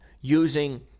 using